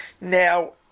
Now